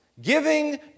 Giving